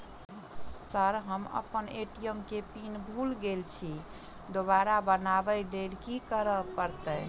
Sir हम अप्पन ATM केँ पिन भूल गेल छी दोबारा बनाबै लेल की करऽ परतै?